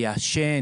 יעשן,